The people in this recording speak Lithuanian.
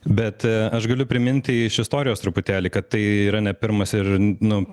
bet aš galiu priminti iš istorijos truputėlį kad tai yra ne pirmas ir nu